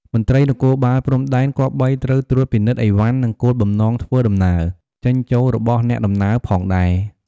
មន្ត្រីនគរបាលព្រំដែនគប្បីត្រូវត្រួតពិនិត្យឥវ៉ាន់ និងគោលបំណងធ្វើដំណើរ ចេញចួលរបស់អ្នកដំណើរផងដែរ៕